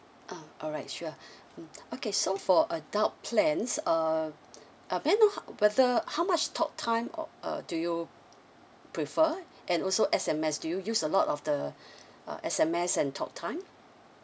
ah alright sure mm okay so for adult plans uh uh may I know whether how much talk time or uh do you prefer and also S_M_S do you use a lot of the uh S_M_S and talk time